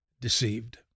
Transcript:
deceived